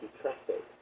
trafficked